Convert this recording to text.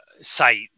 site